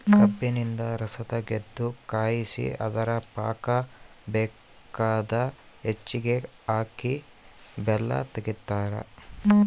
ಕಬ್ಬಿನಿಂದ ರಸತಗೆದು ಕಾಯಿಸಿ ಅದರ ಪಾಕ ಬೇಕಾದ ಹೆಚ್ಚಿಗೆ ಹಾಕಿ ಬೆಲ್ಲ ತೆಗಿತಾರ